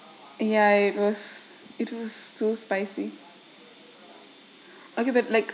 ya it was it was so spicy okay but like